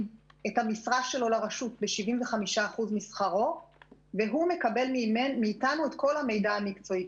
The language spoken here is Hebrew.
את המשרה שלו ברשות ב-75% והוא מקבל מאיתנו את כל המידע המקצועי.